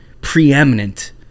preeminent